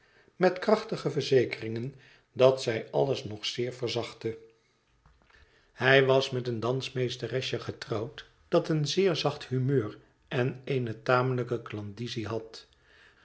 met krachtige verzekeringen dat zij alles nog zeer verzachtte hij was met een dansmeesteresje getrouwd dat een zeer zacht humeur en eene tamelijke klandizie had